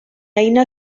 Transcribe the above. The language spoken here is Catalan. eina